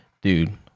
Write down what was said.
Dude